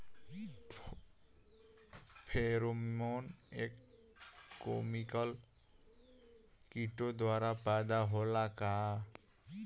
Pheromone एक chemical किटो द्वारा पैदा होला का?